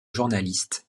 journaliste